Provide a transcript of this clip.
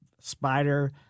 spider